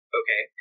okay